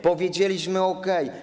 Powiedzieliśmy: okej.